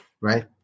right